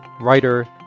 writer